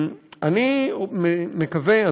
אני מקווה,